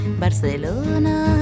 Barcelona